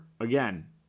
again